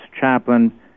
chaplain